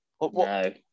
No